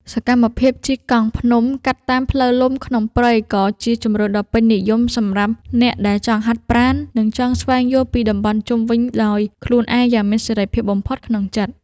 សកម្មភាពជិះកង់ភ្នំកាត់តាមផ្លូវលំក្នុងព្រៃក៏ជាជម្រើសដ៏ពេញនិយមបំផុតសម្រាប់អ្នកដែលចង់ហាត់ប្រាណ និង ចង់ស្វែងយល់ពីតំបន់ជុំវិញដោយខ្លួនឯងយ៉ាងមានសេរីភាពបំផុតក្នុងចិត្ត។